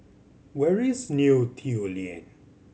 where is Neo Tiew Lane